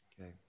Okay